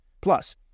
Plus